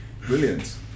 Brilliant